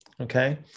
okay